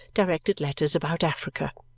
directed letters about africa.